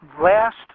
last